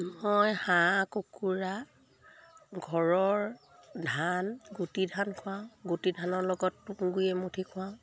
মই হাঁহ কুকুৰা ঘৰৰ ধান গুটি ধান খুৱাওঁ গুটি ধানৰ লগত তুঁহ গুৰি এমুঠি খুৱাওঁ